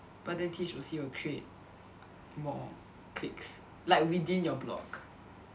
but then T_H_O_C will create more cliques like within your block